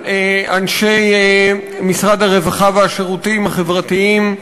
אנשי משרד הרווחה והשירותים החברתיים.